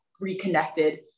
reconnected